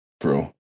bro